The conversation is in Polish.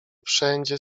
wszędzie